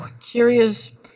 curious